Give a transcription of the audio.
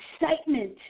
Excitement